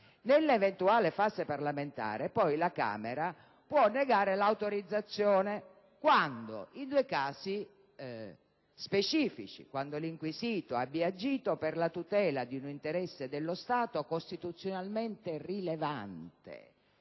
Nell'eventuale fase parlamentare, poi, le Camere possono negare l'autorizzazione in due casi specifici: quando l'inquisito abbia agito per la tutela di un interesse dello Stato costituzionalmente rilevante